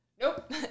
nope